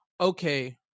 okay